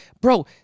bro